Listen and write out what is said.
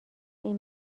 این